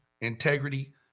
integrity